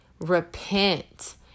repent